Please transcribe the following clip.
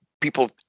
people